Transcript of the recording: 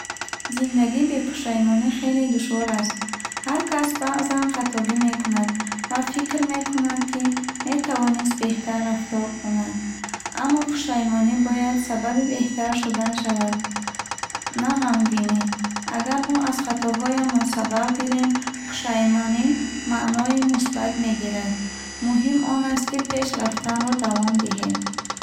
Зиндагӣ бе пушаймонӣ хеле душвор аст. Ҳар кас баъзан хатогӣ мекунад ва фикр мекунад, ки метавонист беҳтар рафтор кунад. Аммо пушаймонӣ бояд сабаби беҳтар шудан шавад, на ғамгинӣ. Агар мо аз хатоҳоямон сабақ гирем, пушаймонӣ маънои мусбат мегирад. Муҳим он аст, ки пеш рафтанро давом диҳем.